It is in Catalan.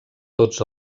tots